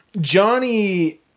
Johnny